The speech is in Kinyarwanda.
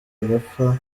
agapfa